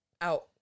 out